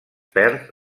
perd